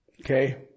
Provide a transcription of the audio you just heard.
Okay